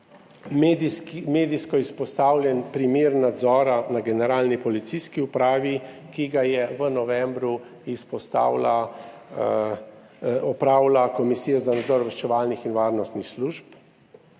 medijsko izpostavljen primer nadzora na Generalni policijski upravi, ki ga je v novembru izpostavila opravila Komisija za nadzor obveščevalnih in varnostnih služb.